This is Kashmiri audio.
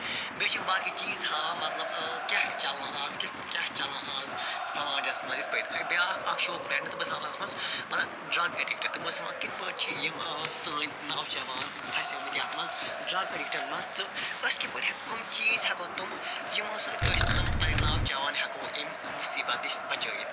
بیٚیہِ چھِ یِم باقے چیٖز ہاوان مَطلَب کیاہ چھُ چَلان آز کِتھ کیاہ چھُ چَلان آز سماجَس مَنٛز یِتھ پٲٹھۍ بیاکھ اکھ شو کوٚر مےٚ اٹیٚنڈ تِم ٲسۍ ہاوان تتھ مَنٛز مَطلَب ڈرگ اڈِکٹ تِم ٲسۍ ہاوان کِتھ پٲٹھۍ چھِ یِم سٲنۍ نوجوان پھَسیمٕتۍ یتھ مَنٛز ڈرگ اڈِکٹَن مَنٛز تہٕ أسۍ کِتھ پٲٹھۍ کم چیٖز ہیٚکو تِم یمو سۭتۍ أسۍ تِم پَننیٚن نوجوان ہیٚکو امہ مُصیبت نِش بَچٲیِتھ